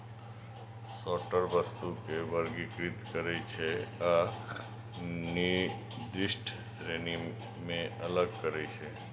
sorter वस्तु कें वर्गीकृत करै छै आ निर्दिष्ट श्रेणी मे अलग करै छै